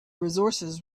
resources